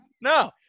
No